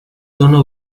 dóna